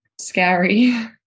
scary